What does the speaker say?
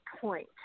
point